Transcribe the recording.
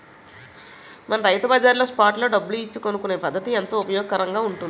మన రైతు బజార్లో స్పాట్ లో డబ్బులు ఇచ్చి కొనుక్కునే పద్దతి ఎంతో ఉపయోగకరంగా ఉంటుంది